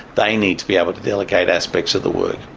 they need to be able to delegate aspects of the work.